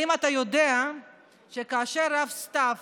האם אתה יודע שכאשר הרב סתיו